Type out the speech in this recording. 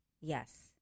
Yes